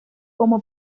como